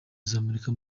z’amerika